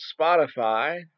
Spotify